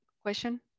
question